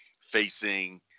facing